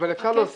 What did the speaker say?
אבל אפשר להוסיף,